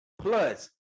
plus